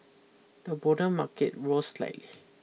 the broader market rose slightly